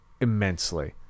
immensely